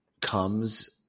comes –